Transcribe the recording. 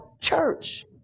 church